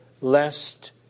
lest